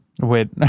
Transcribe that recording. wait